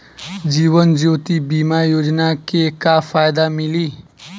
जीवन ज्योति बीमा योजना के का फायदा मिली?